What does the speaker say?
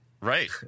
Right